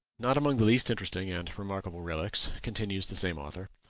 not among the least interesting and remarkable relics, continues the same author,